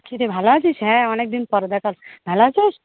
কি রে ভালো আছিস হ্যাঁ অনেকদিন পরে দেখা হলো ভালো আছিস